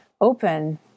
open